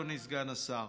אדוני סגן השר: